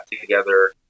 together